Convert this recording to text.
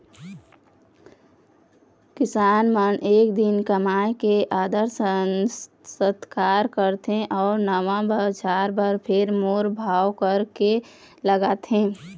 किसान मन ए दिन कमइया के आदर सत्कार करथे अउ नवा बछर बर फेर मोल भाव करके लगाथे